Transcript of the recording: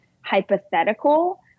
hypothetical